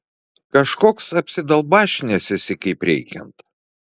kažkoks apsidalbašinęs esi kaip reikiant